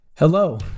Hello